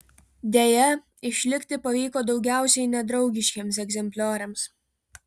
deja išlikti pavyko daugiausiai nedraugiškiems egzemplioriams